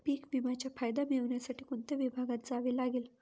पीक विम्याचा फायदा मिळविण्यासाठी कोणत्या विभागात जावे लागते?